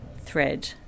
thread